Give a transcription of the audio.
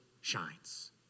shines